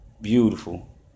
beautiful